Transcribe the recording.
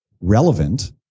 relevant